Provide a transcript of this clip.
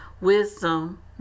wisdom